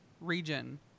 region